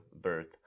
birth